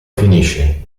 finisce